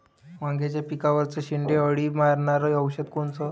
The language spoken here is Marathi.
वांग्याच्या पिकावरचं शेंडे अळी मारनारं औषध कोनचं?